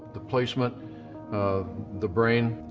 the placement of the brain,